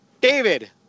David